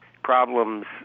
problems